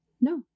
No